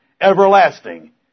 everlasting